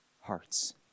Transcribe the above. hearts